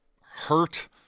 hurt